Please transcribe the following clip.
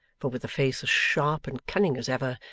for with a face as sharp and cunning as ever,